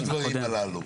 זו השלכה על הדברים הללו.